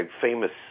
famous